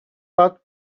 bug